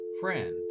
Friend